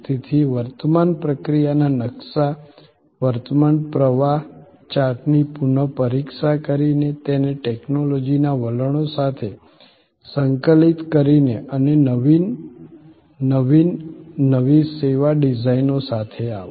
તેથી વર્તમાન પ્રક્રિયાના નકશા વર્તમાન પ્રવાહ ચાર્ટની પુનઃપરીક્ષા કરીને તેને ટેક્નોલોજીના વલણો સાથે સંકલિત કરીને અને નવી નવીન નવી સેવા ડિઝાઇન સાથે આવો